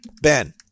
ben